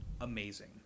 Amazing